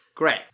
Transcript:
Great